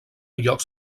llocs